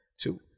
two